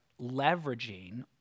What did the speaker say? leveraging